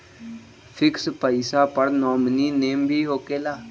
Fix पईसा पर nominee name भी होकेला?